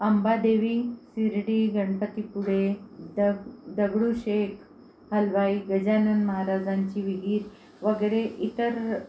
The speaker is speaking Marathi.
अंबादेवी शिर्डी गणपती पुळे द दगडूशेठ हलवाई गजानन महाराजांची विहीर वगैरे इतर